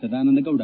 Sadananda Gowda